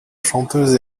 chanteuses